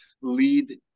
lead